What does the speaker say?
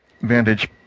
vantage